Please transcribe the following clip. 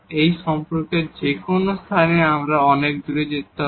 এই সম্পর্কের যে কোন স্থানে আমাদের অনেক দূরে থাকতে হবে